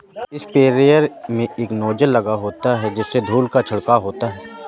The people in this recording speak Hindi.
स्प्रेयर में एक नोजल लगा होता है जिससे धूल का छिड़काव होता है